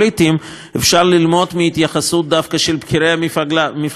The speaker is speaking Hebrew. אפשר ללמוד מהתייחסות דווקא של בכירי המפלגה הדמוקרטית.